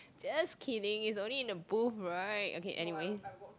just kidding it's only in the booth right okay anyway